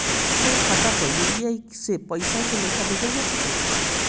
दोसरा के खाता पर में यू.पी.आई से पइसा के लेखाँ भेजल जा सके ला?